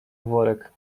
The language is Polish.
worek